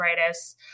arthritis